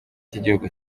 cy’igihugu